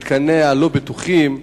מתקניה לא בטוחים,